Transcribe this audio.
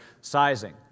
sizing